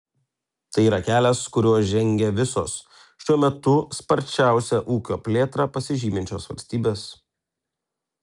tai yra kelias kuriuo žengia visos šiuo metu sparčiausia ūkio plėtra pasižyminčios valstybės